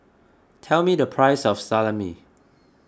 tell me the price of Salami